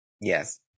Yes